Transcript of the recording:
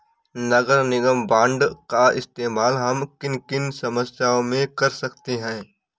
नगर निगम बॉन्ड का इस्तेमाल हम किन किन समस्याओं में कर सकते हैं?